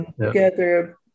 together